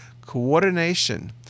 coordination